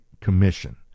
Commission